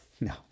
no